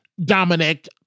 Dominic